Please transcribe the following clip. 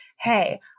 Hey